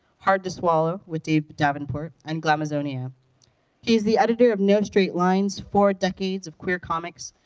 hard to swallow with dave davenport, and glamazonia. he is the editor of no straight lines four decades of queer comics,